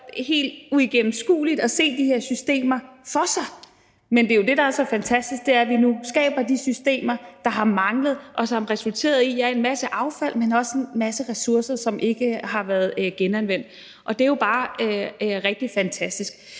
helt uigennemskueligt at se de her systemer for sig, men det, der er så fantastisk, er jo, at vi nu skaber de systemer, der har manglet. Der har været en masse affald, men også en masse ressourcer, der ikke har været genanvendt. Det er jo bare rigtig fantastisk.